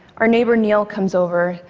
our neighbor neal comes over,